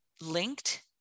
linked